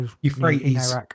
Euphrates